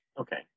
okay